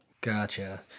gotcha